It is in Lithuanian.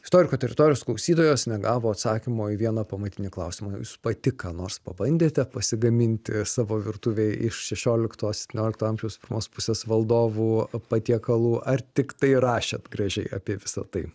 istoriko teritorijos klausytojas negavo atsakymo į vieną pamatinį klausimą jūs pati ką nors pabandėte pasigaminti savo virtuvėj iš šešiolikto septyniolikto amžiaus pirmos pusės valdovų patiekalų ar tiktai rašėt gražiai apie visa tai